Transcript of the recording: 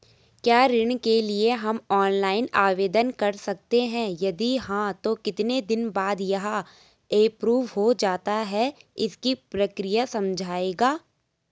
क्या ऋण के लिए हम ऑनलाइन आवेदन कर सकते हैं यदि हाँ तो कितने दिन बाद यह एप्रूव हो जाता है इसकी प्रक्रिया समझाइएगा?